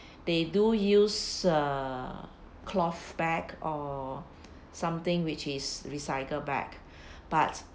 they do use uh cloth bag or something which is recycled back but